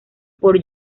por